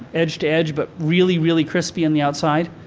edge to edge, but really, really crispy on the outside.